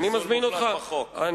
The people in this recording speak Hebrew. כן, כן, זה מה שמייצר את התופעה, אדוני.